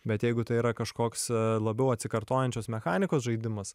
bet jeigu tai yra kažkoks labiau atsikartojančios mechanikos žaidimas